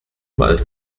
wald